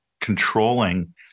controlling